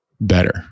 better